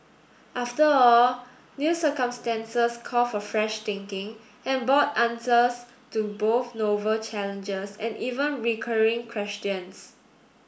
after all new circumstances call for fresh thinking and bought answers to both novel challenges and even recurring questions